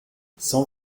cent